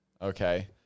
Okay